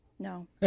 No